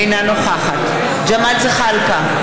אינה נוכחת ג'מאל זחאלקה,